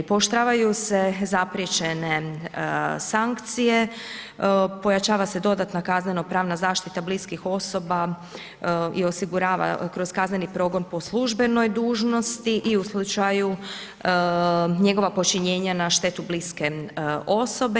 Pooštravaju se zapriječene sankcije, pojačava se dodatna kazneno pravna zaštita bliskih osoba i osigurava kroz kazneni progon po službenoj dužnosti i u slučaju njegova počinjenja na štetu bliske osobe.